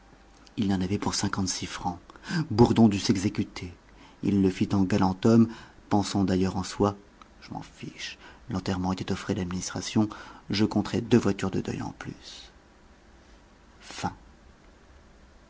il y en avait pour cinquante-six francs bourdon dut s'exécuter il le fit en galant homme pensant d'ailleurs en soi je m'en fiche l'enterrement était aux frais de l'administration je compterai deux voitures de deuil en plus